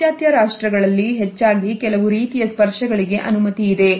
ಪಾಶ್ಚಾತ್ಯ ರಾಷ್ಟ್ರಗಳಲ್ಲಿ ಹೆಚ್ಚಾಗಿ ಕೆಲವು ರೀತಿಯ ಸ್ಪರ್ಶಗಳಿಗೆ ಅನುಮತಿಯಿದೆ